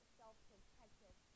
self-protective